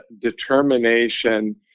determination